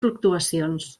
fluctuacions